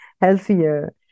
healthier